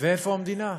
ואיפה המדינה?